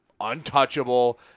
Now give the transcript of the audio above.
untouchable